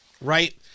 right